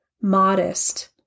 modest